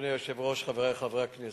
אדוני היושב-ראש, חברי חברי הכנסת,